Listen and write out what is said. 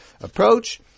approach